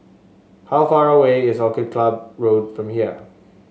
how far away is Orchid Club Road from here